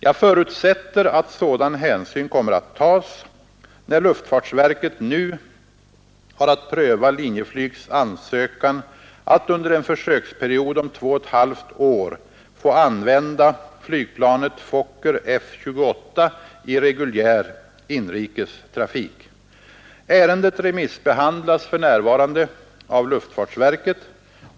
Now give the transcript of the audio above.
Jag förutsätter att sådan hänsyn kommer att tas, när luftfartsverket nu har att pröva Linjeflygs ansökan att under en försöksperiod om två och ett halvt år få använda flygplanet Fokker F-28 i reguljär inrikes trafik. Ärendet remissbehandlas för närvarande av luftfartsverket.